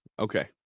Okay